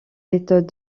méthodes